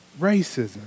racism